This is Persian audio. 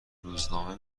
روزنامه